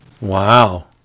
Wow